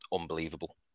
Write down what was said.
unbelievable